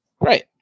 right